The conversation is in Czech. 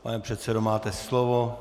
Pane předsedo, máte slovo.